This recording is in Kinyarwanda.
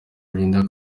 rurinda